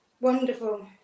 Wonderful